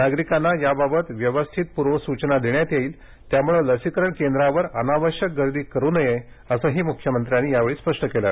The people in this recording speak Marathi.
नागरिकांना याबाबत व्यवस्थित पूर्वसूचना देण्यात येईल त्यामुळे लसीकरण केंद्रांवर अनावश्यक गर्दी करू नये असंही मुख्यमंत्र्यांनी या वेळी स्पष्ट केले